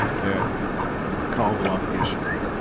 that cause a lot of issues.